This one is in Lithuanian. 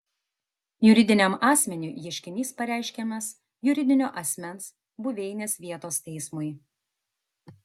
juridiniam asmeniui ieškinys pareiškiamas juridinio asmens buveinės vietos teismui